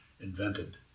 invented